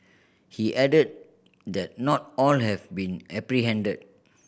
he added that not all have been apprehended